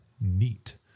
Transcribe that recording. NEAT